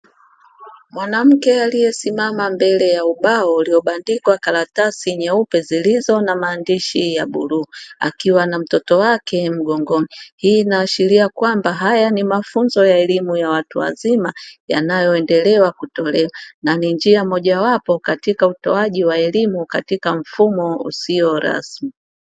Mwanamke aliyesimama mbele ya ubao uliyobandikwa karatasi nyeupe zilizo na maandishi ya bluu akiwa na mtoto wake mgongoni. Hii inaashiria kwamba haya ni mafunzo ya elimu ya watu wazima yanayoendelea kutolewa na ni njia mojawapo katika utoaji wa elimu katika mfumo usio rasmi.